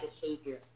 behavior